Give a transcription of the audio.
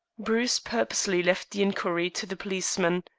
bruce purposely left the inquiry to the policeman.